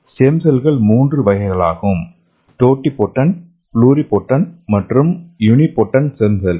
stem செல்கள் மூன்று வகைகளாகும் டோட்டிபோடென்ட் புல்ரிபோடென்ட் மற்றும் யூனிபோடென்ட் ஸ்டெம் செல்கள்